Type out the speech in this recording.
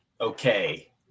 okay